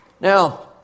Now